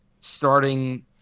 starting